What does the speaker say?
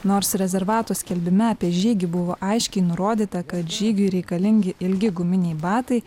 nors rezervato skelbime apie žygį buvo aiškiai nurodyta kad žygiui reikalingi ilgi guminiai batai